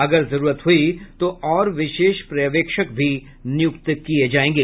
यदि जरूरत हुई तो और विशेष पर्यवेक्षक भी नियुक्त किए जाएंगे